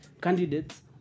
candidates